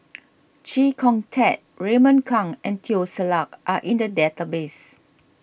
Chee Kong Tet Raymond Kang and Teo Ser Luck are in the database